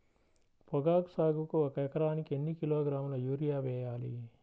పొగాకు సాగుకు ఒక ఎకరానికి ఎన్ని కిలోగ్రాముల యూరియా వేయాలి?